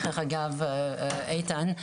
דרך אגב איתן,